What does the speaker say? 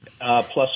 plus